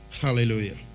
Hallelujah